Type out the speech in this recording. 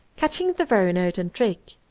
catching the very note and trick,